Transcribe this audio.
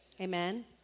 Amen